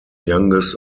youngest